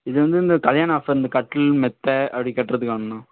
இது வந்து இந்த கல்யாண ஆஃபர் இந்த கட்டில் மெத்தை அப்படி கட்டுவதுக்காகண்ணா